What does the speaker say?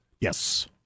Yes